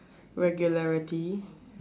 regularity